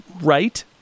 right